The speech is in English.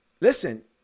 listen